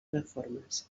reformes